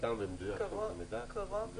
קרוב ל-100,000.